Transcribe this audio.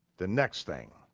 the next thing,